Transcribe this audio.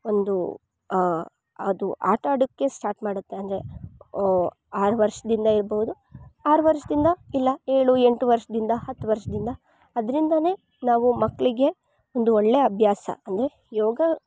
ಒಂದು ಅದು ಆಟ ಆಡಕ್ಕೆ ಸ್ಟಾರ್ಟ್ ಮಾಡತ್ತೆ ಅಂದ್ರೆ ಆರ್ ವರ್ಷದಿಂದ ಇರ್ಬೌದು ಆರ್ ವರ್ಷದಿಂದ ಇಲ್ಲ ಏಳು ಎಂಟು ವರ್ಷ್ದಿಂದ ಹತ್ ವರ್ಷ್ದಿಂದ ಅದ್ರಿಂದಾನೆ ನಾವು ಮಕ್ಳಿಗೆ ಒಂದು ಒಳ್ಳೇ ಅಬ್ಯಾಸ ಅಂದ್ರೆ ಯೋಗ